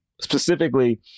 specifically